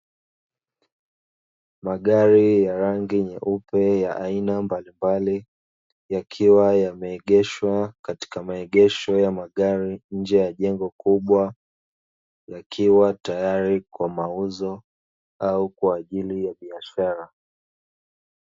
Magari ya rangi nyeupe ya aina mbalimbali yakiwa yameegeshwa katika maegesho ya magari nje ya jengo kubwa yakiwa tayari kwa mauzo au kwaajili ya biashara